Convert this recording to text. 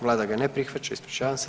Vlada ga ne prihvaća, ispričavam se.